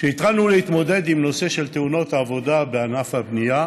כשהתחלנו להתמודד עם הנושא של תאונות עבודה בענף הבנייה,